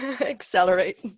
Accelerate